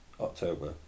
October